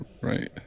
Right